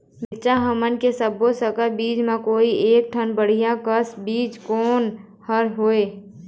मिरचा हमन के सब्बो संकर बीज म कोई एक ठन बढ़िया कस बीज कोन हर होए?